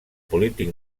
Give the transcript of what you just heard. polític